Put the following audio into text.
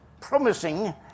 promising